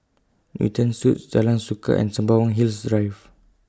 Newton Suites Jalan Suka and Sembawang Hills Drive